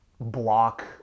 block